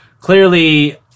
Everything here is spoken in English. clearly